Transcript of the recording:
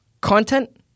Content